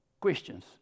questions